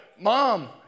Mom